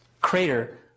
crater